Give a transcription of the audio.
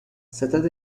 ستاد